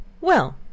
Well